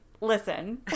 listen